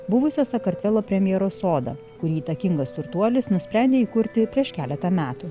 buvusio sakartvelo premjero sodą kurį įtakingas turtuolis nusprendė įkurti prieš keletą metų